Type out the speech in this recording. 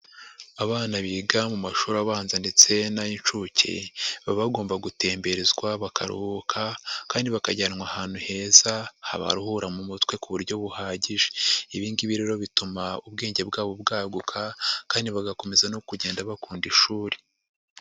Abana biga mu mashuri abanza ndetse n'ay'incuke baba bagomba gutemberezwa bakaruhuka kandi bakajyanwa ahantu heza habaruhura mu mutwe ku buryo buhagije, ibi ngibi rero bituma ubwenge bwabo bwaguka kandi bagakomeza no kugenda bakunda ishuri.